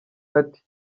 ati